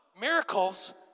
miracles